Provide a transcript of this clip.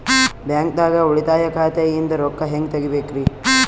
ಬ್ಯಾಂಕ್ದಾಗ ಉಳಿತಾಯ ಖಾತೆ ಇಂದ್ ರೊಕ್ಕ ಹೆಂಗ್ ತಗಿಬೇಕ್ರಿ?